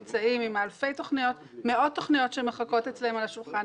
עם מאות תוכניות שמחכות אצלם על השולחן.